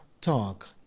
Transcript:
Talk